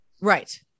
Right